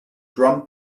drum